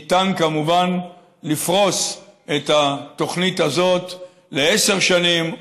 ניתן כמובן לפרוס את התוכנית הזאת לעשר שנים,